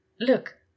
Look